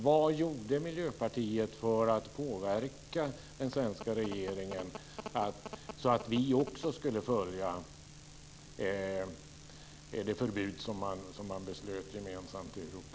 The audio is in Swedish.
Vad gjorde Miljöpartiet för att påverka den svenska regeringen att följa det förbud som man gemensamt beslöt om i EU?